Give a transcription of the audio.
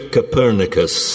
Copernicus